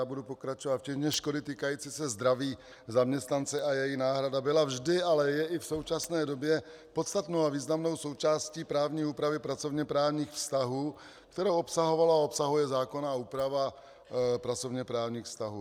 Budu pokračovat včetně škody týkající se zdraví zaměstnance, a její náhrada byla vždy, ale je i v současné době podstatnou a významnou součástí právní úpravy pracovněprávních vztahů, kterou obsahovala a obsahuje zákonná úprava pracovněprávních vztahů.